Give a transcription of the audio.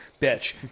Bitch